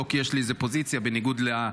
לא כי יש לי איזו פוזיציה בניגוד לשר.